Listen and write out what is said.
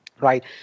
right